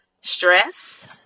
stress